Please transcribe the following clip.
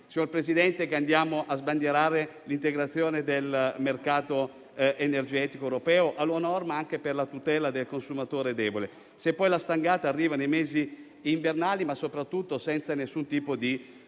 Signor Presidente, è inutile sbandierare l'adeguamento del mercato energetico europeo alla norma per la tutela del consumatore debole se poi la stangata arriva nei mesi invernali, ma soprattutto senza alcun tipo di